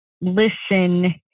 listen